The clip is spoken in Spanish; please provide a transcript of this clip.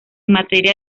materia